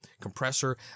compressor